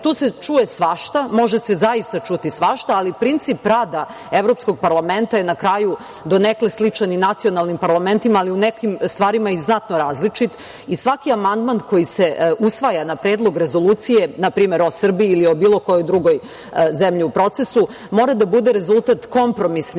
tu se čuje svašta. Može se zaista čuti svašta, ali princip rada Evropskog parlamenta je na kraju donekle sličan i nacionalnim parlamentima, ali u nekim stvarima i znatno različit i svaki amandman koji se usvaja na predlog rezolucije, na primer o Srbiji ili o bilo kojoj drugoj zemlji u procesu, mora da bude rezultat kompromisnih